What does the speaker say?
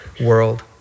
world